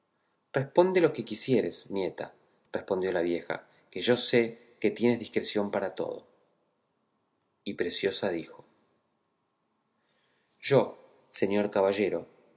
responde lo que quisieres nieta respondió la vieja que yo sé que tienes discreción para todo y preciosa dijo yo señor caballero